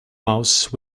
mouse